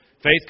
Faith